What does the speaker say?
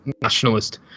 nationalist